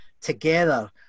together